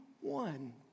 one